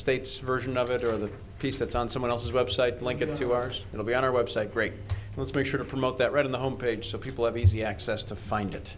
state's version of it or the piece that's on someone else's website like it into ours it will be on our website great let's make sure to promote that reading the home page so people have easy access to find it